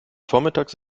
vormittags